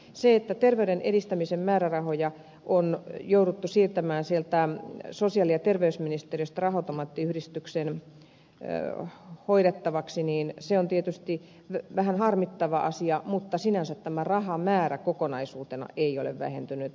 se että terveyden edistämisen määrärahoja on jouduttu siirtämään sosiaali ja terveysministeriöstä raha automaattiyhdistyksen hoidettavaksi on tietysti vähän harmittava asia mutta sinänsä tämä rahamäärä kokonaisuutena ei ole vähentynyt